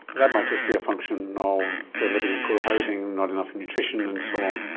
that might just be a function of living in poor housing, not enough nutrition and so on.